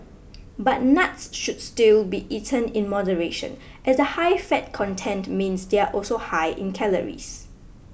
but nuts should still be eaten in moderation as the high fat content means they are also high in calories